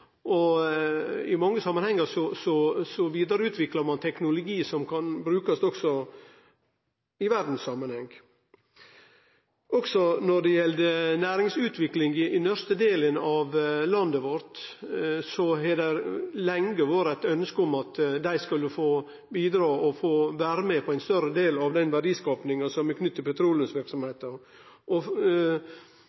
og i mange samanhengar vidareutviklar ein teknologi som også kan brukast i verdssamanheng. Når det gjeld næringsutvikling i den nørdste delen av landet vårt, har det lenge vore eit ønske om at dei skulle få bidra og vere med på ein større del av den verdiskapinga som er knytt til